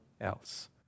else